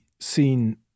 Seen